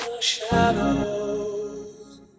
shadows